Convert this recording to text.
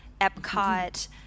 Epcot